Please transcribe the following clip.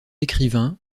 écrivain